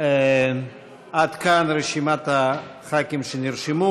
עד כאן רשימת הח"כים שנרשמו.